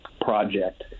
project